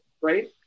right